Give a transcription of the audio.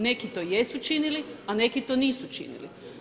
Neki to jesu činili a neki to nisu činili.